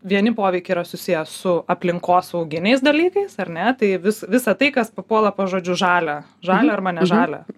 vieni poveikiai yra susiję su aplinkosauginiais dalykais ar ne tai vis visa tai kas papuola po žodžiu žalia žalia arba ne žalia